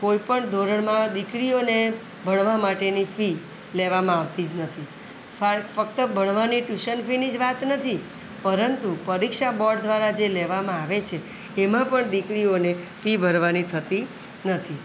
કોઈ પણ ધોરણમાં દીકરીઓને ભણવા માટેની ફી લેવામાં આવતી જ નથી ફક્ત ભણવાની ટ્યુશન ફીની જ વાત નથી પરંતુ પરીક્ષા બોર્ડ દ્વારા જે લેવામાં આવે છે એમાં પણ દીકરીઓને ફી ભરવાની થતી નથી